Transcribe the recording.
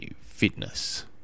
fitness